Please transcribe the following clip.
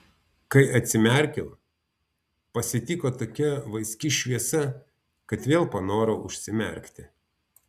kai atsimerkiau pasitiko tokia vaiski šviesa kad vėl panorau užsimerkti